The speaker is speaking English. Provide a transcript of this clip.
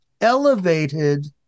elevated